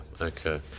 Okay